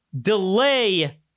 delay